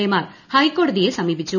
എമാർ ഹൈക്കോടതിയെ സമീപിച്ചു